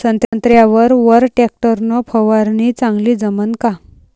संत्र्यावर वर टॅक्टर न फवारनी चांगली जमन का?